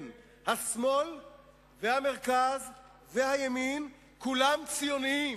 כן, השמאל והמרכז והימין, כולם ציונים,